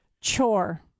Chore